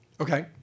Okay